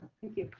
thank you.